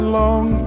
long